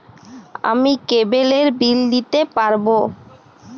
আমি কেবলের বিল দিতে পারবো?